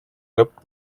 lõpp